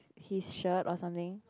his shirt or something